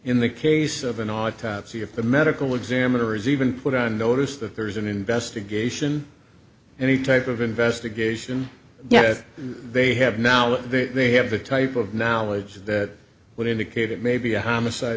in the case of an autopsy if the medical examiner is even put on notice that there's an investigation any type of investigation yes they have now they have the type of knowledge that would indicate it may be a homicide